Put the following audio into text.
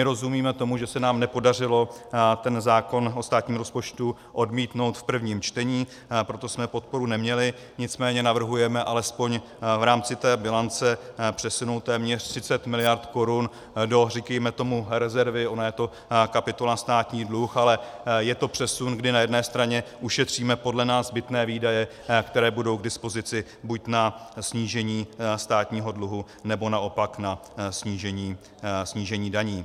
Rozumíme tomu, že se nám nepodařilo ten zákon o státním rozpočtu odmítnout v prvním čtení, pro to jsme podporu neměli, nicméně navrhujeme alespoň v rámci té bilance přesunout téměř 30 mld. korun do říkejme tomu rezervy, ona je to kapitola státní dluh, ale je to přesun, kdy na jedné straně ušetříme podle nás zbytné výdaje, které budou k dispozici buď na snížení státního dluhu, nebo naopak na snížení daní.